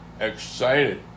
excited